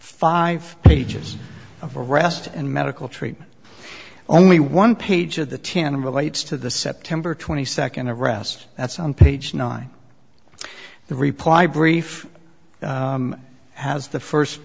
five pages of arrest and medical treatment only one page of the ten relates to the september twenty second arrest that's on page nine the reply brief has the first